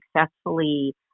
successfully